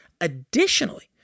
Additionally